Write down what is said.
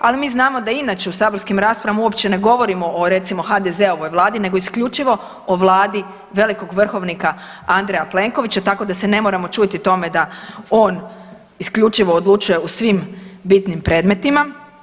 Ali mi znamo da inače u saborskim raspravama uopće ne govorimo o recimo HDZ-ovoj vladi nego isključivo o vladi velikog vrhovnika Andreja Plenkovića tako da se ne moramo čuditi tome da on isključivo odlučuje u svim bitnim predmetima.